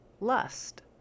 lust